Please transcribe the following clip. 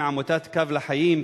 מעמותת "קו לחיים",